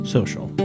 Social